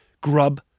grub